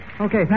Okay